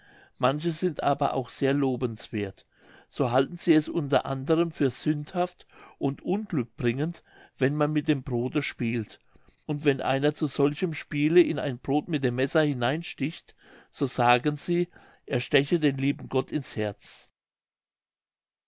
manche sind aber auch sehr lobenswerth so halten sie es unter andern für sündhaft und unglückbringend wenn man mit dem brode spielt und wenn einer zu solchem spielen in ein brod mit einem messer hineinsticht so sagen sie er steche den lieben gott ins herz